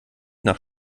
nach